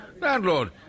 Landlord